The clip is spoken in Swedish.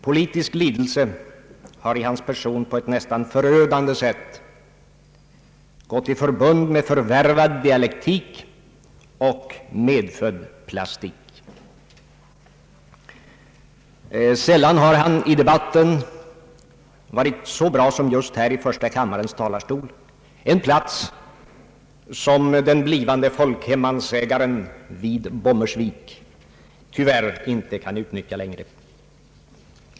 Politisk lidelse har i hans person på ett nästan förödande sätt gått i förbund med förvärvad dialektik och medfödd plastik. Sällan har han i debatten varit så bra som just här i första kammarens talarstol, en plats som den blivande folkhemmansägaren vid Bommersvik tyvärr inte kan utnyttja längre.